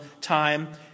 time